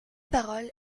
parole